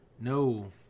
No